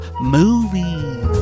Movies